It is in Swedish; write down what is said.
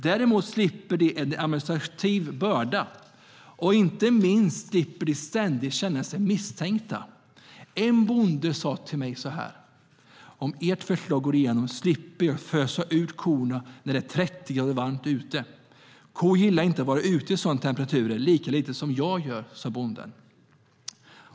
Däremot slipper de en administrativ börda, och inte minst slipper de att ständigt känna sig misstänkta. En bonde sa så här till mig: Om ert förslag går igenom slipper jag fösa ut korna när det är 30 grader varmt ute. Kor gillar ju inte att vara ute i sådana temperaturer, lika lite som jag gör det.